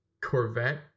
Corvette